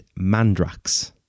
Mandrax